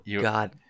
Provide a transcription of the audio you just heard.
God